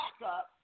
backup